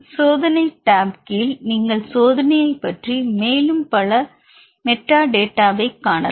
சோதனை டேப் கீழ் நீங்கள் சோதனையைப் பற்றி மேலும் பல மெட்டாடேட்டாவைக் காணலாம்